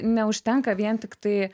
neužtenka vien tiktai